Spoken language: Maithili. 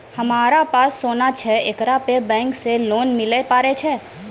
हमारा पास सोना छै येकरा पे बैंक से लोन मिले पारे छै?